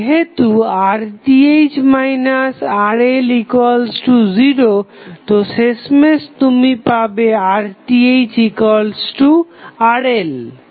যেহেতু RTh RL0 তো শেষমেশ তুমি পাবে RThRL